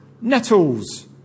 nettles